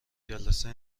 جلسه